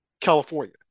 California